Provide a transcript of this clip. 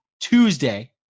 Tuesday